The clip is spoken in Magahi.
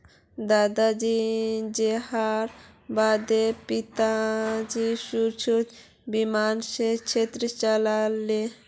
दादाजीर देहांतेर बा द पिताजी सुरक्षा बीमा स ऋण चुका ले